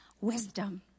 wisdom